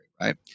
right